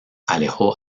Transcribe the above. alejó